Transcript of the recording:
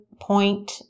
point